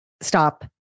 stop